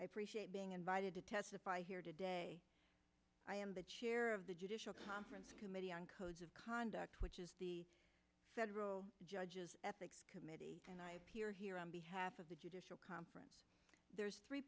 i appreciate being invited to testify here today i am the chair of the judicial conference committee on codes of conduct which is the federal judge's ethics committee and i appear here on behalf of the judicial conference there's three